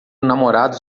namorado